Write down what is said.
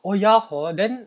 oh ya hor then